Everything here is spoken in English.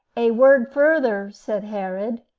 a word further, said herod,